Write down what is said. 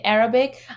Arabic